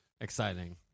exciting